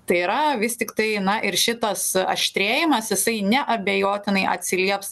tai yra vis tiktai na ir šitas aštrėjimas jisai neabejotinai atsilieps